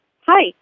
Hi